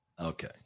Okay